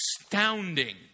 astounding